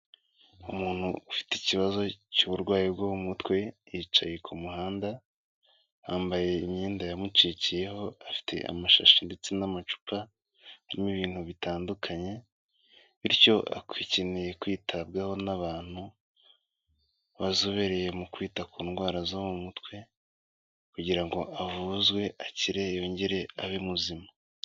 Umuntu ufite ikibazo cy'uburwayi bwo mu mutwe yicaye ku muhanda, yambaye imyenda yamucikiyeho afite amashashi ndetse n'amacupa, arimo ibintu bitandukanye bityo akeneye kwitabwaho n'abantu bazobereye mu kwita ku ndwara zo mu mutwe kugira ngo avuzwe, akire yongere abe muzima.